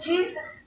Jesus